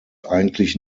eigentlich